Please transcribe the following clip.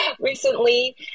recently